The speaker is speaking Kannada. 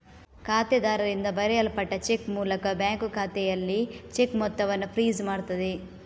ಖಾತೆದಾರರಿಂದ ಬರೆಯಲ್ಪಟ್ಟ ಚೆಕ್ ಮೂಲಕ ಬ್ಯಾಂಕು ಖಾತೆಯಲ್ಲಿ ಚೆಕ್ ಮೊತ್ತವನ್ನ ಫ್ರೀಜ್ ಮಾಡ್ತದೆ